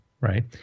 Right